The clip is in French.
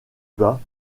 bas